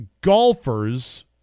golfers